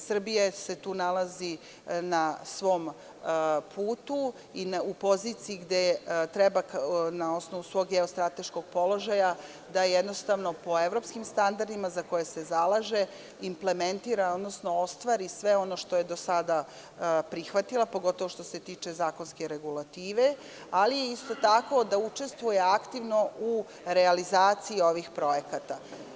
Srbija se tu nalazi na svom putu i u poziciji gde treba na osnovu svog geostrateškog položaja da jednostavno po evropskim standardima za koje se zalaže implementira, odnosno ostvari sve ono što je do sada prihvatila, pogotovo što se tiče zakonske regulative, ali isto tako da učestvuje aktivno u realizaciji ovih projekata.